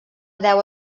deu